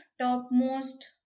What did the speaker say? topmost